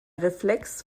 reflex